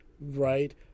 Right